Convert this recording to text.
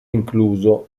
incluso